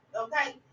Okay